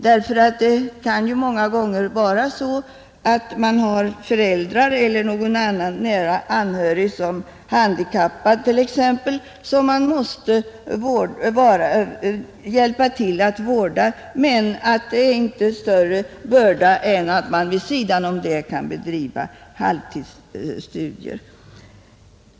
Det kan ju många gånger vara så att man har föräldrar eller någon annan nära anhörig — en handikappad t.ex. — som man måste hjälpa till att vårda, men att det inte är större börda än att man vid sidan om kan bedriva halvtidsstudier.